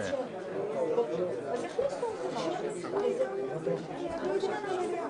אנחנו רואים שוב ושוב שהליכוד רק מדבר,